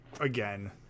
again